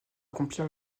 accomplir